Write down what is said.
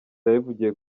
yabivugiye